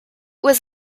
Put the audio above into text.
was